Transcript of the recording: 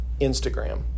Instagram